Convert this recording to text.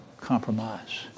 compromise